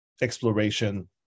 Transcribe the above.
exploration